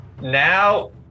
Now